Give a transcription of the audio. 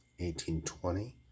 1820